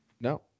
No